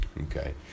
Okay